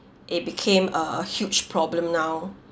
it became a huge problem now